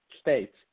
states